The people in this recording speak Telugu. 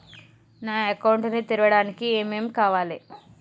నా అకౌంట్ ని తెరవడానికి ఏం ఏం కావాలే?